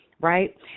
Right